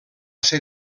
ser